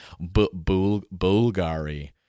Bulgari